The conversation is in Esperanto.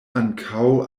ankaŭ